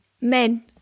men